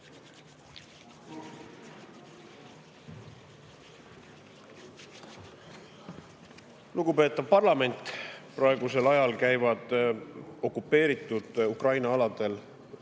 Lugupeetav parlament! Praegusel ajal käivad okupeeritud Ukraina aladel